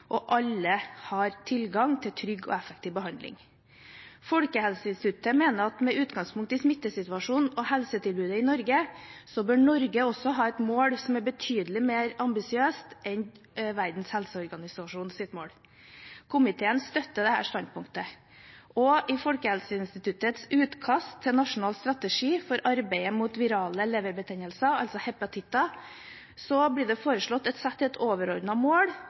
og alle har tilgang til trygg og effektiv behandling». Folkehelseinstituttet mener at med utgangspunkt i smittesituasjonen og helsetilbudet i Norge bør Norge ha et mål som er betydelig mer ambisiøst enn Verdens helseorganisasjons mål. Komiteen støtter dette standpunktet. I Folkehelseinstituttets utkast til Nasjonal strategi for arbeidet mot virale leverbetennelser, altså hepatitter, blir det foreslått å sette et overordnet mål om at hepatittrelaterte dødsfall skal elimineres fullstendig i